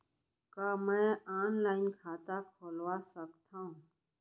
का मैं ऑनलाइन खाता खोलवा सकथव?